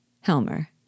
Helmer